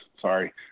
sorry